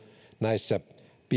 näissä